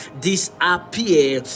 disappear